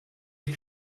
die